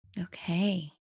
Okay